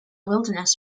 wilderness